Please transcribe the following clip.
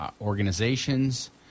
organizations